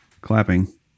clapping